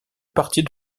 partie